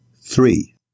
Three